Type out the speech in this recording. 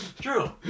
True